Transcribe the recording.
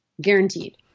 Guaranteed